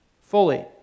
fully